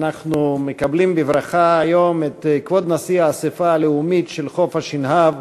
אנחנו מקבלים היום בברכה את כבוד נשיא האספה הלאומית של חוף-השנהב,